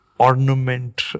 ornament